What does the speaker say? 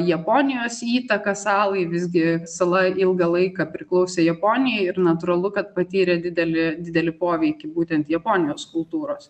japonijos įtaka salai visgi sala ilgą laiką priklausė japonijai ir natūralu kad patyrė didelį didelį poveikį būtent japonijos kultūros